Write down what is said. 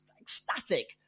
ecstatic